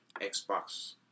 Xbox